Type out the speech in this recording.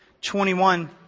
twenty-one